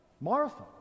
Martha